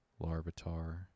Larvitar